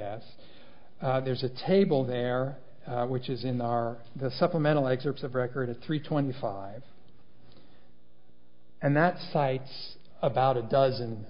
s there's a table there which is in the are the supplemental excerpts of record at three twenty five and that cites about a dozen